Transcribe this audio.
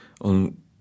on